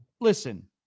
listen